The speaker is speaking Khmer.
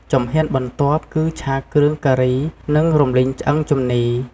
ជំហានបន្ទាប់គឺ ឆាគ្រឿងការី និងរំលីងឆ្អឹងជំនី។